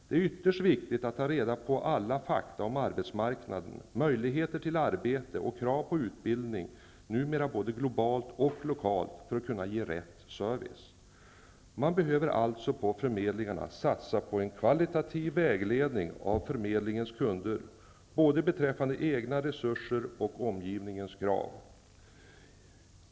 Det är ytterst viktigt att ta reda på alla fakta om arbetsmarknaden, möjligheter till arbete, och krav på utbildning, numera både globalt och lokalt, för att kunna ge rätt service. Man behöver alltså på förmedlingarna satsa på en kvalitativ vägledning av förmedlingens kunder, beträffande både egna resurser och omgivningens krav.